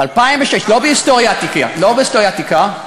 לא בהיסטוריה העתיקה.